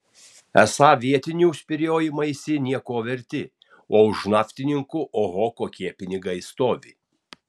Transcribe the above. esą vietinių spyriojimaisi nieko verti o už naftininkų oho kokie pinigai stovi